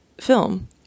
film